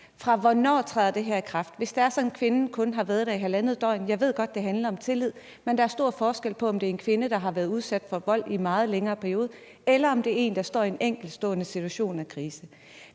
Fra hvornår træder det her i kraft? Hvis det er sådan, at kvinden kun har været der i 1½ døgn, er det én ting. Jeg ved godt, det handler om tillid, men der er stor forskel på, om det er en kvinde, der har været udsat for vold i en meget længere periode, eller om det er en, der står i en enkeltstående krisesituation. Er der